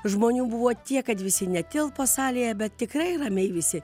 žmonių buvo tiek kad visi netilpo salėje bet tikrai ramiai visi